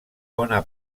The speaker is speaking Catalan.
bona